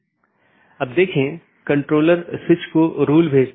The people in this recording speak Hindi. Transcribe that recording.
3 अधिसूचना तब होती है जब किसी त्रुटि का पता चलता है